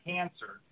Cancer